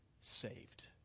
saved